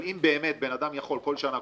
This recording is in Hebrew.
אבל אם באמת בן אדם יכול כל שנה,